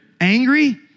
angry